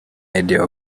idea